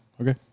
Okay